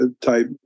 type